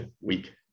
week